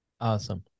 Awesome